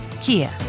Kia